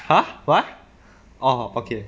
!huh! what orh okay